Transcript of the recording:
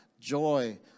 joy